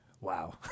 Wow